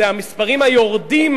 זה המספרים היורדים